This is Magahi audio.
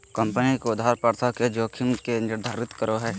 कम्पनी के उधार प्रथा के जोखिम के निर्धारित करो हइ